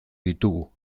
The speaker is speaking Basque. ditugu